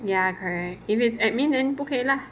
ya correct if it's admin then 不可以 lah